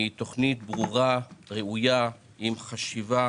היא תוכנית ברורה, ראויה, עם חשיבה.